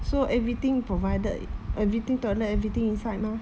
so everything provided everything toilet everything inside mah